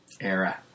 era